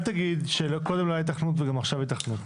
אל תגיד שקודם לא הייתה היתכנות וגם עכשיו היתכנות.